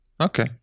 Okay